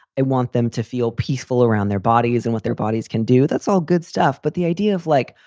i want them to feel peaceful around their bodies and what their bodies can do. that's all good stuff. but the idea of like,